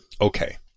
Okay